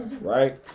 right